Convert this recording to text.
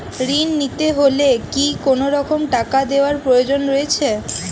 ঋণ নিতে হলে কি কোনরকম টাকা দেওয়ার প্রয়োজন রয়েছে?